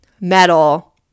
metal